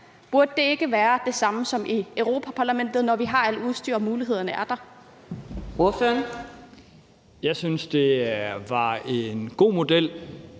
Burde det ikke være det samme som i Europa-Parlamentet, når vi har alt udstyret, og mulighederne er der?